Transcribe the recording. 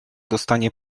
dostanie